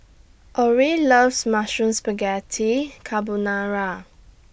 Orrie loves Mushroom Spaghetti Carbonara